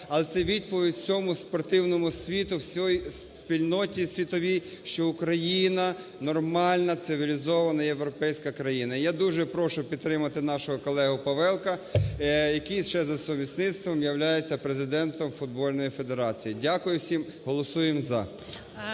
але це відповідь всьому спортивному світу, всій спільноті світовій, що Україна – нормальна, цивілізована, європейська країна. Я дуже прошу підтримати нашого колегу Павелка, який ще за сумісництвом являється президентом футбольної федерації. Дякую всім. Голосуємо "за".